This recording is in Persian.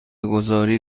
گذاری